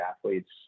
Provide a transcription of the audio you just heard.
athletes